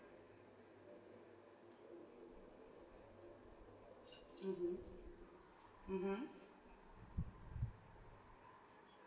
mmhmm mmhmm